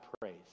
praise